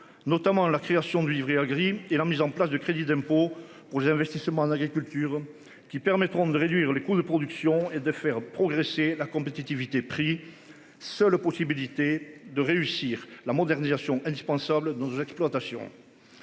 notamment la création du livret Grimm et la mise en place de crédit d'impôt pour les investissements en agriculture qui permettront de réduire les coûts de production et de faire progresser la compétitivité prix seule possibilité de réussir la modernisation indispensable de nos exploitations.